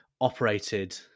operated